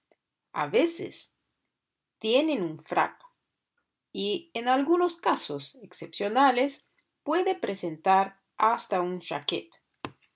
a veces tiene un frac y en algunos casos excepcionales puede presentar hasta un chaquet